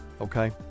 Okay